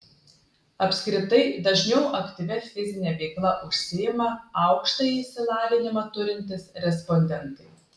apskritai dažniau aktyvia fizine veikla užsiima aukštąjį išsilavinimą turintys respondentai